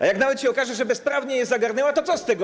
A jak nawet się okaże, że bezprawnie je zagarnęła, to co z tego?